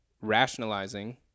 rationalizing